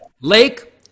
Lake